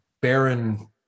barren